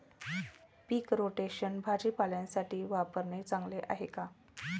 पीक rotation भाजीपाल्यासाठी वापरणे चांगले आहे का?